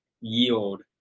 yield